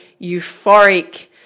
euphoric